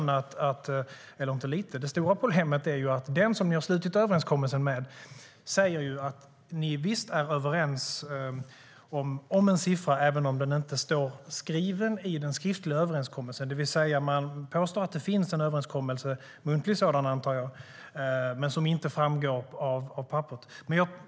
Det stora problemet är att den som ni har slutit överenskommelsen med säger att ni visst är överens om en siffra även om den inte framgår av den skriftliga överenskommelsen. Man påstår att det finns en överenskommelse - en muntlig sådan, antar jag - men den framgår inte av papperet.